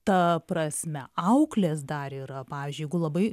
ta prasme auklės dar yra pavyzdžiui jeigu labai